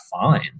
fine